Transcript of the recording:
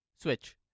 Switch